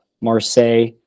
Marseille